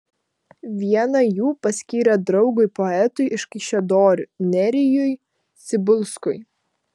vieną jų paskyrė draugui poetui iš kaišiadorių nerijui cibulskui